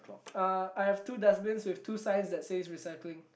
uh I have two dustbins with two signs that says recycling